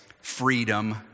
freedom